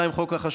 42. חוק החשמל,